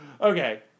Okay